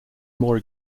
more